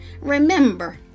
Remember